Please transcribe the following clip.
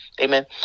Amen